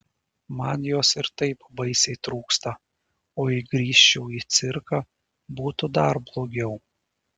man jos ir taip baisiai trūksta o jei grįžčiau į cirką būtų dar blogiau